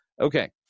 Okay